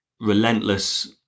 relentless